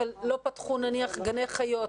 אבל לא פתחו נניח גני חיות,